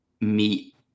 meet